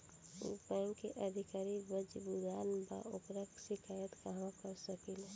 उ बैंक के अधिकारी बद्जुबान बा ओकर शिकायत कहवाँ कर सकी ले